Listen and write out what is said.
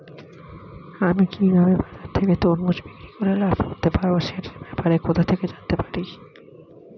আমি কিভাবে বাজার থেকে তরমুজ বিক্রি করে লাভ করতে পারব সে ব্যাপারে কোথা থেকে জানতে পারি?